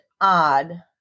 odd